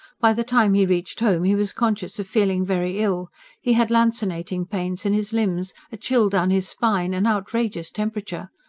by the time he reached home he was conscious of feeling very ill he had lancinating pains in his limbs, a chill down his spine, an outrageous temperature.